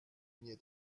mir